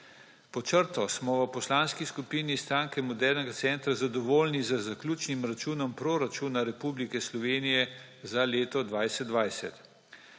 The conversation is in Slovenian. Pod črto smo v Poslanski skupini Stranke modernega centra zadovoljni z zaključnim računom proračuna Republike Slovenije za leto 2020.